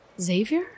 Xavier